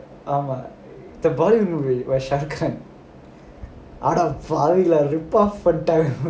ஆமா இந்த:aamaa intha dialogue அடப்பாவிகளா:adapaavigalaa rubbed off பண்ணிட்டாங்க:pannittaanga